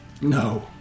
No